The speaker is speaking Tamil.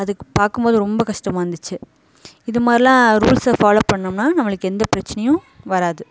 அதுக்கு பார்க்கும்போது ரொம்ப கஷ்டமாக இருந்துச்சு இது மாதிரிலாம் ரூல்ஸை ஃபாலோ பண்ணோம்னா நம்மளுக்கு எந்த பிரச்சனையும் வராது